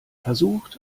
versucht